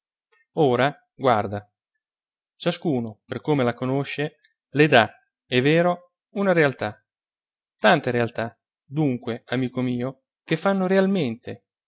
ora guarda ciascuno per come la conosce le dà è vero una realtà tante realtà dunque amico mio che fanno realmente